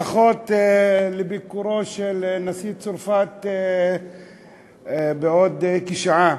ברכות על ביקורו של נשיא צרפת בעוד כשעה.